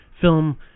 film